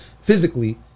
physically